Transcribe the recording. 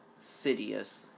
Sidious